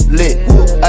lit